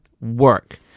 work